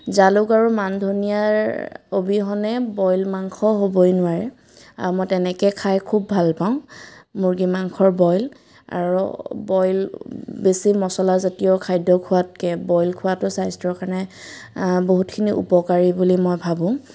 জালুক আৰু মানধনিয়াৰ অবিহনে বইল মাংস হ'বই নোৱাৰে আৰু মই তেনেকৈ খাই খুব ভাল পাওঁ মুৰ্গী মাংসৰ বইল আৰু বইল বেছি মচলাজাতীয় খাদ্য খোৱাতকৈ বইল খোৱাতো স্বাস্থ্যৰ কাৰণে বহুতখিনি উপকাৰী বুলি মই ভাবোঁ